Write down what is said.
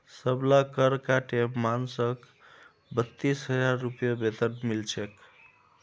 सबला कर काटे मानसक बत्तीस हजार रूपए वेतन मिल छेक